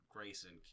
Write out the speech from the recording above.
Grayson